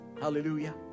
Hallelujah